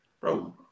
bro